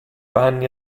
panni